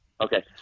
Okay